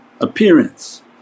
appearance